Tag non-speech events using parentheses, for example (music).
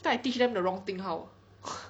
later I teach them the wrong thing how (breath)